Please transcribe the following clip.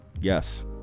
Yes